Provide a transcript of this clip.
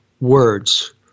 words